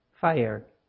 fire